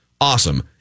awesome